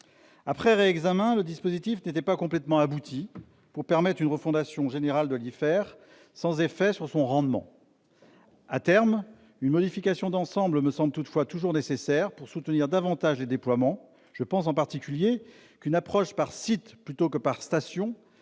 apparu que ce dispositif n'était pas suffisamment abouti pour permettre une refondation générale de l'IFER sans effet sur son rendement. Toutefois, à terme, une modification d'ensemble me paraît toujours nécessaire pour soutenir davantage les déploiements. Je pense en particulier qu'une approche par site plutôt que par station permettrait